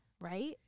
right